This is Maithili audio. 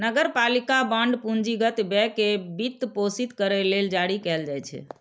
नगरपालिका बांड पूंजीगत व्यय कें वित्तपोषित करै लेल जारी कैल जाइ छै